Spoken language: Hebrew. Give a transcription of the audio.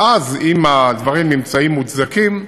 ואז, אם הדברים נמצאים מוצדקים,